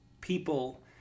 people